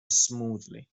smoothly